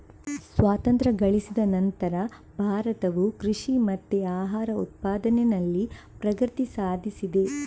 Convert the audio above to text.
ಸ್ವಾತಂತ್ರ್ಯ ಗಳಿಸಿದ ನಂತ್ರ ಭಾರತವು ಕೃಷಿ ಮತ್ತೆ ಆಹಾರ ಉತ್ಪಾದನೆನಲ್ಲಿ ಪ್ರಗತಿ ಸಾಧಿಸಿದೆ